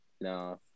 No